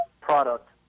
product